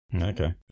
Okay